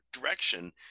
direction